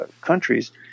countries